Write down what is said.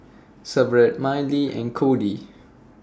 Severt Millie and Cody